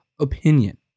opinion